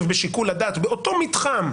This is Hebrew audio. בשיקול הדעת של נבחרי הציבור באותו מתחם,